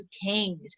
kings